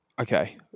Okay